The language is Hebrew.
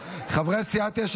חברי הסיעה שלך,